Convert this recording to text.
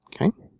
Okay